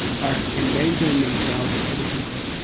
are endangering themselves or other people,